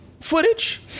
footage